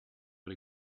but